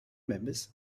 members